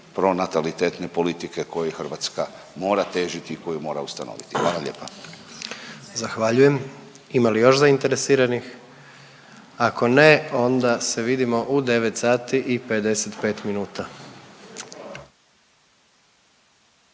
pronatalitetne politike kojoj Hrvatska mora težiti i koju mora ustanoviti. Hvala lijepa. **Jandroković, Gordan (HDZ)** Zahvaljujem. Ima li još zainteresiranih? Ako ne, onda se vidimo u 9